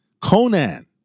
Conan